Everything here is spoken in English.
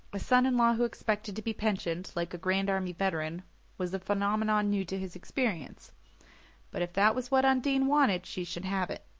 a son-in-law who expected to be pensioned like a grand army veteran was a phenomenon new to his experience but if that was what undine wanted she should have it.